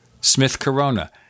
Smith-Corona